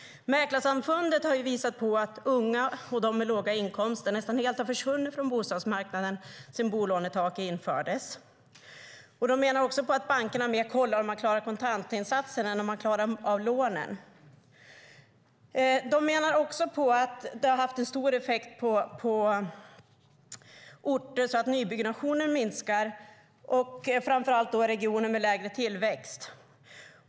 Mäklarsamfundet har visat att unga och de med låga inkomster nästan helt har försvunnit från bostadsmarknaden sedan bolånetaket infördes. Man menar också att bankerna mer kollar om man klarar kontantinsatsen än om man klarar av lånen. Man menar också att det har haft en stor effekt på orter, så att nybyggnationen minskar, framför allt i regioner med lägre tillväxt.